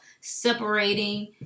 separating